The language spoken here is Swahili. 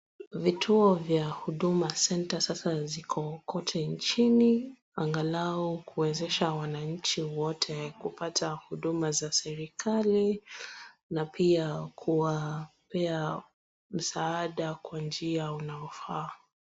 Vituo vya huduma center ziko kote nchini angalau kuwezesha wananchi wote kupata huduma za serikali na pia kuwapea msaada kwa njia unaofaa.